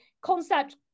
concept